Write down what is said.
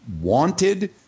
wanted